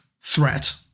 threat